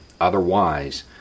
Otherwise